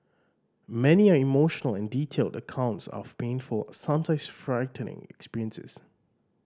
many are emotional and detailed accounts of painful sometimes frightening experiences